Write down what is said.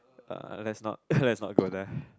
uh let's not let's not go there